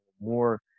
more